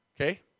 Okay